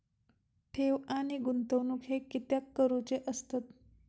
ठेव आणि गुंतवणूक हे कित्याक करुचे असतत?